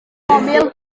mobil